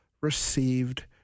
received